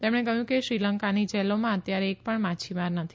તેમણે કહ્યું કે શ્રીલંકાની જેલોમાં અત્યારે એક પણ માછીમાર નથી